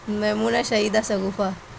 Maimuna Shahida Shagufa